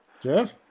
Jeff